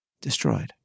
destroyed